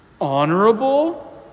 honorable